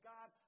God